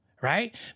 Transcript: right